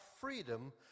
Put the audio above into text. freedom